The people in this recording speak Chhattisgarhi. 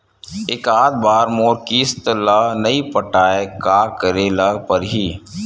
एकात बार मोर किस्त ला नई पटाय का करे ला पड़ही?